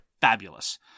fabulous